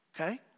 okay